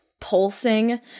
pulsing